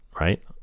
right